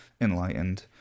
enlightened